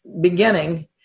beginning